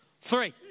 Three